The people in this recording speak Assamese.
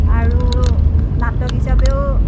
আৰু নাটক হিচাবেও